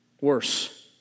worse